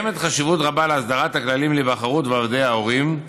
יש חשיבות רבה להסדרת הכללים להיבחרות ועדי ההורים,